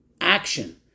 action